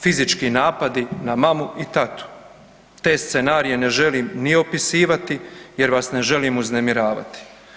Fizički napadi na mamu i tatu, te scenarije ne želim ni opisivati jer vas ne želim uznemiravati.